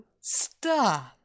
stop